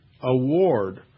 award